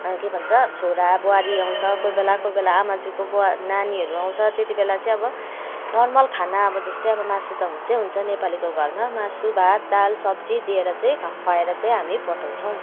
के भन्छ छोरा बुहारी आउँछ कोही बेला कोही बेला आमाज्यूको नानीहरू आउँछ त्यतिवेला चाहिँ अब नर्मल खाना अब जस्तै अब मासु त हुन्छै हुन्छ नेपालीको घरमा मासु भात दाल सब्जी दिएर चाहिँ खुवाएर चाहिँ हामी पठाउँछौँ